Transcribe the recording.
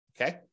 okay